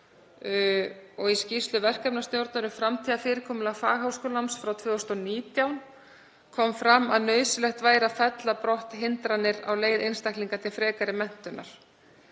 Í skýrslu verkefnisstjórnar um framtíðarfyrirkomulag fagháskólanáms frá 2019 kom fram að nauðsynlegt væri að fella brott hindranir á leið einstaklinga til frekari menntunar.